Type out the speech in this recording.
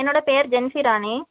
என்னோட பேர் ஜென்சி ராணி